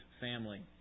family